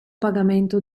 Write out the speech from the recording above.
pagamento